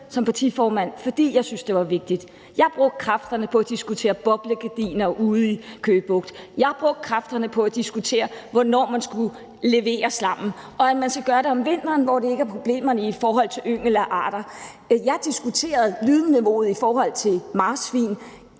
som partiformand, fordi jeg syntes, det var vigtigt. Jeg har brugt kræfter på at diskutere boblegardiner ude i Køge Bugt; jeg har brugt kræfter på at diskutere, hvornår man skulle levere slammet, og at man skal gøre det om vinteren, hvor der ikke er problemer i forhold til ynglende arter. Jeg diskuterede lydniveauet i forhold til marsvin.